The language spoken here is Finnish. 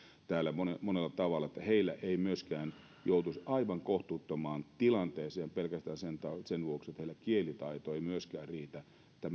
täällä monella tavalla että he eivät myöskään joutuisi aivan kohtuuttomaan tilanteeseen pelkästään sen vuoksi että heillä myöskään kielitaito ei riitä